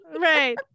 Right